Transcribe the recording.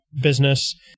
business